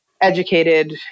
educated